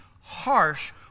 harsh